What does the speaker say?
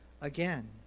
again